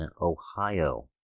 Ohio